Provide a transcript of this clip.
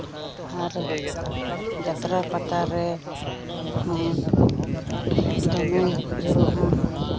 ᱟᱨ ᱡᱟᱛᱨᱟ ᱯᱟᱛᱟ ᱨᱮᱦᱚᱸ ᱫᱚᱢᱮ ᱠᱚ ᱵᱷᱤᱲᱚᱜᱼᱟ